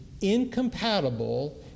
incompatible